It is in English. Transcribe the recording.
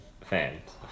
fans